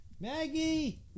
Maggie